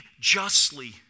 justly